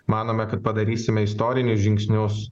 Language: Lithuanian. manome kad padarysime istorinius žingsnius